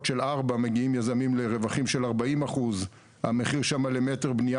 של ארבע מגיעים יזמים לרווחים של 40%. המחיר שם למטר בנייה